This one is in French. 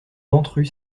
ventru